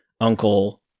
uncle